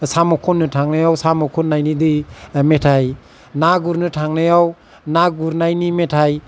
साम' खननो थांनायाव साम' खन्नायनि दै मेथाइ ना गुरनो थांनायाव ना गुरनायनि मेथाइ